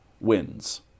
wins